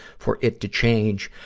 for it to change.